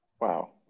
Wow